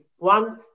One